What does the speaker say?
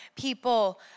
people